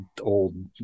old